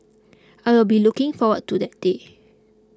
I will be looking forward to that day